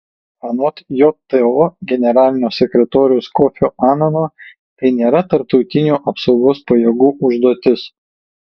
anot jto generalinio sekretoriaus kofio anano tai nėra tarptautinių apsaugos pajėgų užduotis